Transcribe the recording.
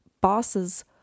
bosses